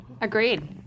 Agreed